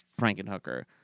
Frankenhooker